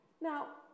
Now